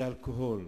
זה אלכוהול.